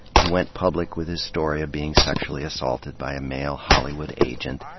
he went public with his story of being sexually assaulted by a male hollywood agent,